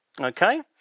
okay